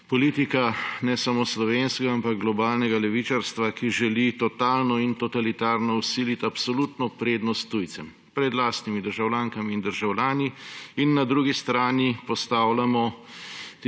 politika, ne samo slovenskega, ampak globalnega levičarstva, ki želi totalno in totalitarno vsiliti absolutno prednost tujcem pred lastnimi državljankami in državljani. Na drugi strani postavljamo